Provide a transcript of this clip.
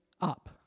up